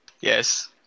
Yes